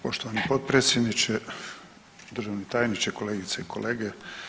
Poštovani potpredsjedniče, državni tajniče, kolegice i kolege.